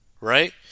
right